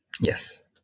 Yes